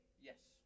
Yes